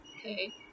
okay